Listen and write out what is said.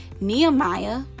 Nehemiah